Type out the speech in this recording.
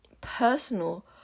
personal